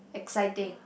exciting